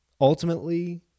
ultimately